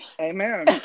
amen